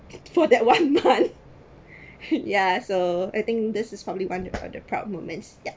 for that one month yah so I think this is probably one of the proud moments ya